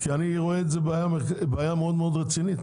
אני רואה בזה בעיה מאוד רצינית.